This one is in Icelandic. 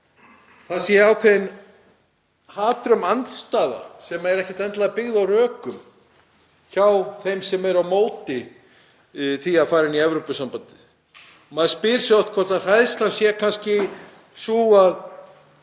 það sé hatrömm andstaða sem er ekkert endilega byggð á rökum hjá þeim sem eru á móti því að fara inn í Evrópusambandið. Maður spyr sig oft hvort hræðslan sé kannski sú að